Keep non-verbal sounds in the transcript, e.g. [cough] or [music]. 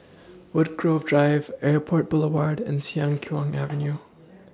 Woodgrove Drive Airport Boulevard and Siang Kuang Avenue [noise]